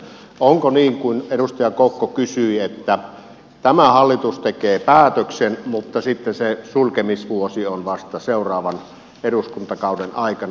onko niin kuin edustaja kokko kysyi että tämä hallitus tekee päätöksen mutta sitten se sulkemisvuosi on vasta seuraavan eduskuntakauden aikana